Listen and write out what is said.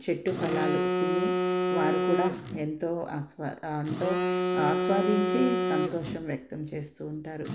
చెట్టు ఫలాలు తిని వారు కూడా ఎంతో ఆస్వా ఎంతో ఆస్వాదించి సంతోషం వ్యక్తం చేస్తూ ఉంటారు